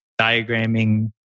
diagramming